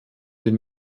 den